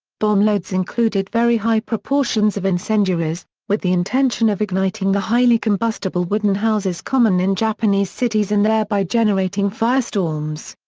bomb loads included very high proportions of incendiaries, with the intention of igniting the highly combustible wooden houses common in japanese cities and thereby generating firestorms.